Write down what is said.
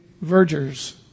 vergers